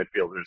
midfielders